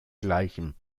gleichem